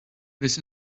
this